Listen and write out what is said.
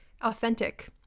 authentic